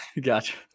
Gotcha